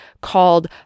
called